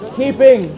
keeping